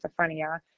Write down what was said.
schizophrenia